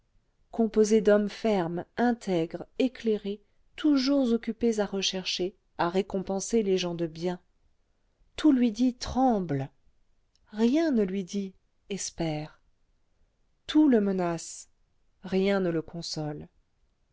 composée d'hommes fermes intègres éclairés toujours occupés à rechercher à récompenser les gens de bien tout lui dit tremble rien ne lui dit espère tout le menace rien ne le console